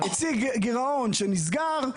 הציג גרעון שנסגר.